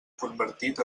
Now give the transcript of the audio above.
convertit